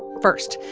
first,